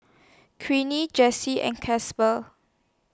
Queenie Janey and Casper